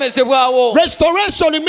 Restoration